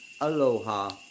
Aloha